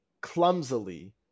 clumsily